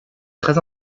très